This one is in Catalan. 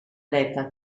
dreta